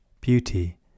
beauty